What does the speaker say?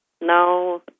now